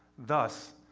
thus,